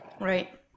Right